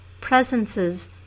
presences